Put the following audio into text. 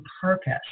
purpose